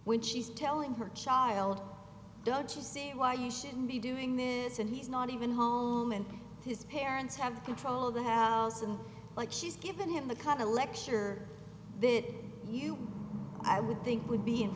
n she's telling her child don't you see why you shouldn't be doing this and he's not even home and his parents have control of the house and like she's given him the cut a lecture this you i would think would be in